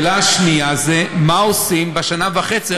השאלה השנייה היא מה עושים בשנה וחצי.